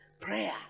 Prayer